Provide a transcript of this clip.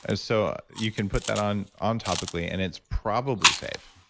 ah so, you can put that on on topically and it's probably safe?